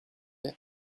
être